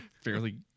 fairly